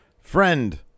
friend